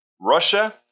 Russia